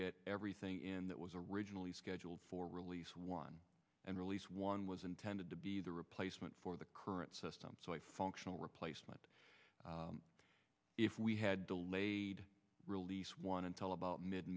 get everything in that was originally scheduled for release one and release one was intended to be the replacement for the current system so a functional replacement if we had delayed release one until about mid